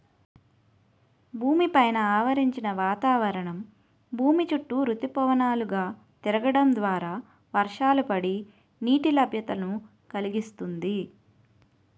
భూమి పైన ఆవరించిన వాతావరణం భూమి చుట్టూ ఋతుపవనాలు గా తిరగడం ద్వారా వర్షాలు పడి, నీటి లభ్యతను కలిగిస్తుంది